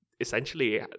essentially